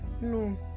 no